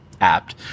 Apt